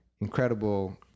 Incredible